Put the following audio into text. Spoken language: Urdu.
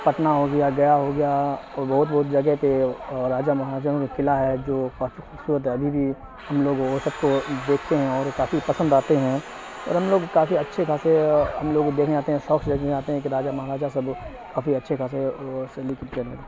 پٹنہ ہو گیا گیا ہو گیا اور بہت بہت جگہ پہ راجا مہاراجاؤوں کا کلعہ ہے جو کافی خوبصورت ہے ابھی بھی ہم لوگ وہ سب کو دیکھتے ہیں اور کافی پسند آتے ہیں اور ہم لوگ کافی اچھے خاصے ہم لوگ دیکھنے آتے ہیں سوک سے دیکھنے آتے ہیں کہ راجا مہاراجہ سب کافی اچھے خاصے سے لکھٹ کے ہیں